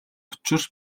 учир